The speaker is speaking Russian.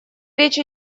речь